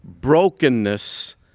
brokenness